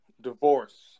divorce